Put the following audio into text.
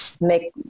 make